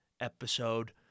episode